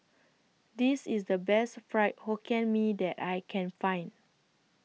This IS The Best Fried Hokkien Mee that I Can Find